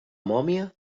mòmia